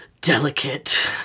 Delicate